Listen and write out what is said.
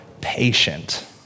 patient